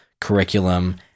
curriculum